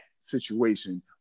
situation